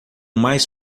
mais